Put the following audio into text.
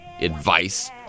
advice